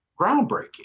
groundbreaking